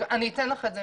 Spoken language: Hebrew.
אני אתן לך את זה.